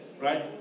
right